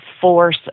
force